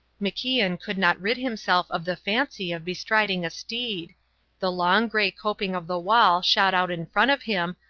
macian could not rid himself of the fancy of bestriding a steed the long, grey coping of the wall shot out in front of him,